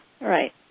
Right